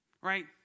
right